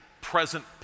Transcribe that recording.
present